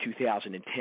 2010